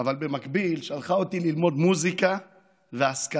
אבל במקביל שלחה אותי ללמוד מוזיקה והשכלה,